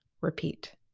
Repeat